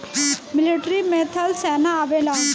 military में थल सेना आवेला